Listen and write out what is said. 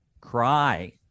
cry